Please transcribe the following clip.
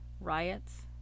riots